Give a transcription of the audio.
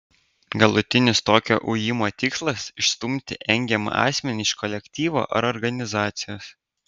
galutinis tokio ujimo tikslas išstumti engiamą asmenį iš kolektyvo ar organizacijos